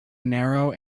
narrow